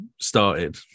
started